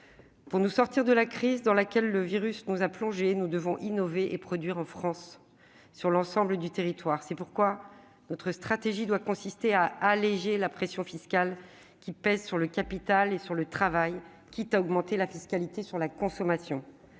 Pour nous sortir de la crise dans laquelle le virus nous a plongés, nous devrons innover et produire en France, sur l'ensemble du territoire. C'est pourquoi notre stratégie doit consister à alléger la pression fiscale qui pèse sur le capital et le travail, quitte à augmenter la fiscalité sur la consommation.